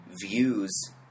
views